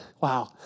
Wow